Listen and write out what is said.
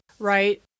Right